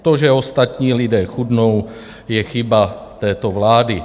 To, že ostatní lidé chudnou, je chyba této vlády.